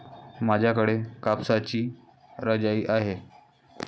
माझ्याकडे कापसाची रजाई आहे